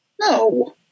No